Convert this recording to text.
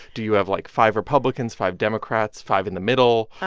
do you have, like, five republicans, five democrats, five in the middle?